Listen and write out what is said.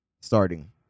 Starting